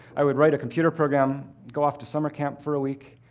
i would write a computer program, go off to summer camp for a week,